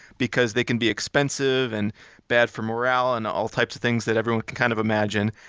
because they can be expensive and bad for morale and all types of things that everyone can kind of imagine.